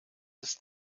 ist